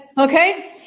okay